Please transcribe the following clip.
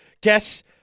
Guess